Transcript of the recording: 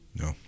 No